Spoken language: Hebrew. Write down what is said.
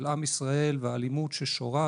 התרבות של עם ישראל והאלימות ששורה,